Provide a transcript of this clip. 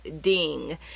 Ding